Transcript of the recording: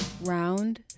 Round